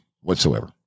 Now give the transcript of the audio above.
whatsoever